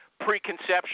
preconception